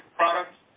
products